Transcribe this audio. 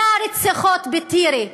100 רציחות בטירה,